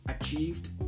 achieved